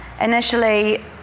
initially